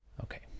Okay